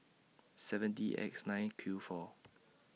seven D X nine Q four